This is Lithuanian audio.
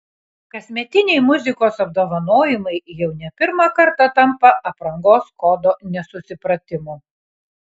kasmetiniai muzikos apdovanojimai jau ne pirmą kartą tampa aprangos kodo nesusipratimu